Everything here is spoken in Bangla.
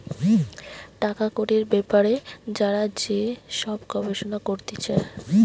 টাকা কড়ির বেপারে যারা যে সব গবেষণা করতিছে